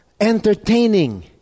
entertaining